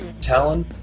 Talon